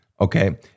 okay